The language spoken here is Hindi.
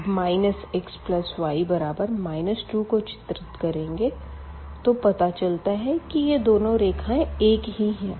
अब xy 2 को चित्रित करेंगे तो पता चलता है की यह दोनों रेखाएं एक ही है